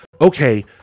okay